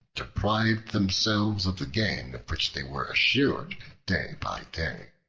deprived themselves of the gain of which they were assured day by day.